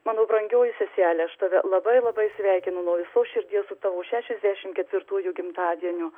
mano brangioji sesele aš tave labai labai sveikinu nuo visos širdies su tavo šešiasdešim ketvirtųjų gimtadieniu